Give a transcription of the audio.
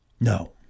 No